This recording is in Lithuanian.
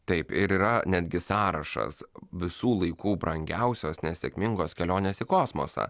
taip ir yra netgi sąrašas visų laikų brangiausios nesėkmingos kelionės į kosmosą